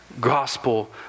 gospel